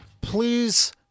please